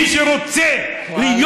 מי שרוצה להיות